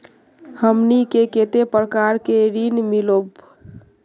हमनी के कते प्रकार के ऋण मीलोब?